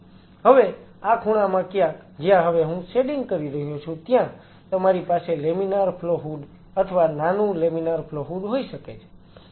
હવે આ ખૂણામાં ક્યાંક જ્યાં હવે હું શેડિંગ કરી રહ્યો છું ત્યાં તમારી પાસે લેમિનાર ફ્લો હૂડ અથવા નાનું લેમિનાર ફ્લો હૂડ હોઈ શકે છે